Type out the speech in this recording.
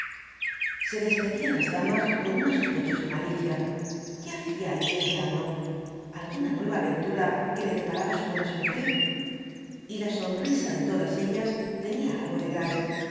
be despedían las damas con una sospecha maliciosa qué bacía allí esperando alguna nueva aventura que le deparaba su buena suerte y la sonrisa de todas ellas tenía algo de grave